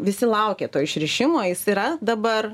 visi laukė to išrišimo jis yra dabar